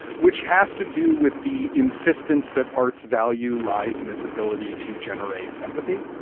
which has to do with the insistence that art's value lies in its ability to generate empathy.